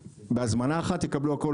במסגרת הזמנה אחת הם יקבלו הכל